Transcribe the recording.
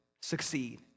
succeed